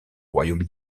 royaume